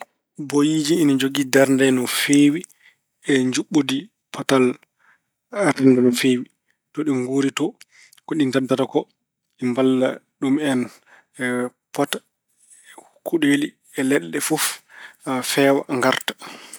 Boyiiji ina njogii darde no feewi e njuɓɓudi potal renndo no feewi. To ɗe nguuri to, ko ɗi mdadata ko, di mballa ɗum en pota. Kuɗeeli e leɗɗe fof, feewa ngarta.